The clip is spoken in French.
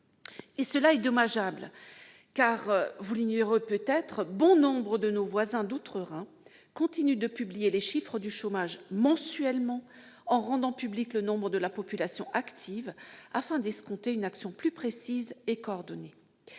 Cela est dommageable, car, vous l'ignorez peut-être, bon nombre de nos voisins d'outre-Rhin continuent de publier les chiffres du chômage mensuellement, en rendant public le taux de la population active, afin d'escompter une action plus précise et coordonnée.